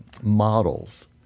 models